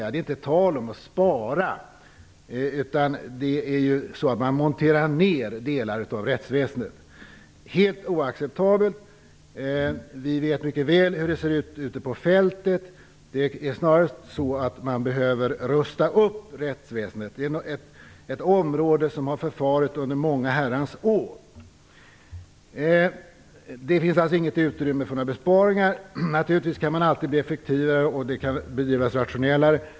Det är inte tal om att spara, utan man monterar faktiskt ner delar av rättsväsendet. Det är helt oacceptabelt. Vi vet mycket väl hur det ser ut ute på fältet. Snarare behöver man rusta upp rättsväsendet. Det är ett område som har förfarit under många herrans år. Det finns alltså inte något utrymme för besparingar. Naturligtvis kan man alltid bli effektivare och rationellare.